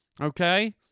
Okay